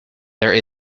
there